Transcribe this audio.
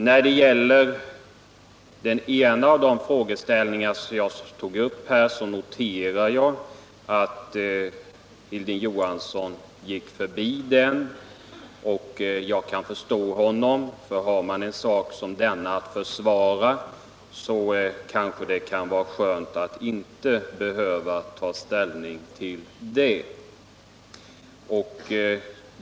Jag noterar att Hilding Johansson gick förbi den ena av de frågeställningar jag här tog upp. Därvidlag kan jag förstå honom; har man en sak som denna att försvara, kan det kanske vara skönt att inte behöva ta ställning till min fråga.